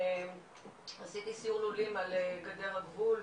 עשיתי סיור לולים על גדר הגבול,